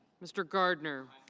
mr. gardner.